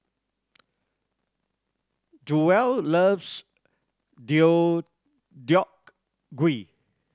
Jewell loves Deodeok Gui